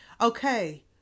okay